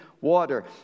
water